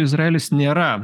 izraelis nėra